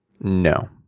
No